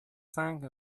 cinq